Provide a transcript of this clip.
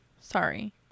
Sorry